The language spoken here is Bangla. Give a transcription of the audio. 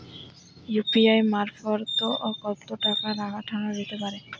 ইউ.পি.আই মারফত কত টাকা পাঠানো যেতে পারে?